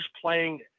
playing